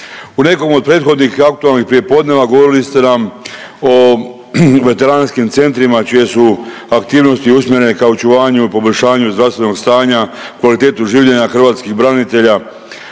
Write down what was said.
U nekom prethodnih aktualnih prijepodneva govorili ste nam o veteranskim centrima čije su aktivnosti usmjerene ka očuvanju i poboljšanju zdravstvenog stanja, kvalitetu življenja hrvatskih branitelja,